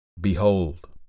Behold